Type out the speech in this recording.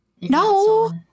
No